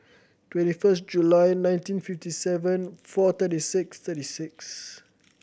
twenty first July nineteen fifty seven four thirty six thirty six